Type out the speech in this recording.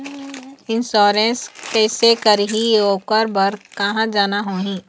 Insurance कैसे करही, ओकर बर कहा जाना होही?